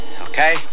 Okay